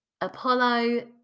Apollo